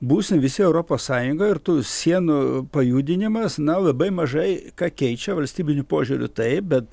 būsim visi europos sąjungoj ir tų sienų pajudinimas na labai mažai ką keičia valstybiniu požiūriu taip bet